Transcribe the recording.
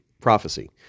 Prophecy